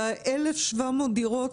ו-1,700 דירות